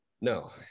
no